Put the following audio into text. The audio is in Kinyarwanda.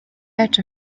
yacu